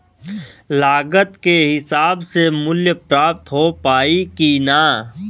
लागत के हिसाब से मूल्य प्राप्त हो पायी की ना?